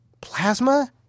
Plasma